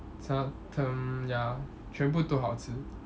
ya 全部都好吃